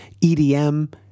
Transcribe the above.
EDM